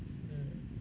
mm